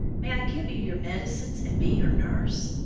may i give you your medicines, and be your nurse?